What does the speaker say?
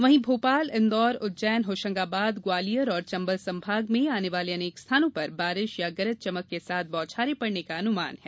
वहीं भोपाल इंदौर उज्जैन होशंगाबाद ग्वालियर और चंबल संभाग में आने वाले अनेक स्थानों पर बारिश या गरज चमक के साथ बौछारे पड़ने का अनुमान है